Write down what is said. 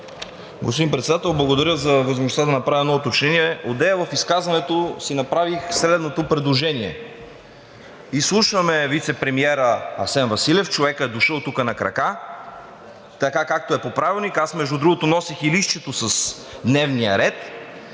благодаря за възможността да направя едно уточнение. Одеве в изказването си направих следното предложение: изслушваме вицепремиера Асен Василев – човекът е дошъл тук на крака, така както е по Правилник. Аз, между другото, носех и листчето с дневния ред,